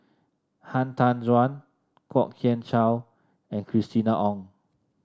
Han Tan Juan Kwok Kian Chow and Christina Ong